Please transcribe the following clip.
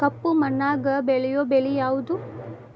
ಕಪ್ಪು ಮಣ್ಣಾಗ ಬೆಳೆಯೋ ಬೆಳಿ ಯಾವುದು?